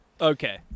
Okay